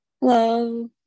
hello